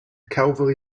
calvary